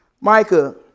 Micah